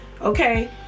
Okay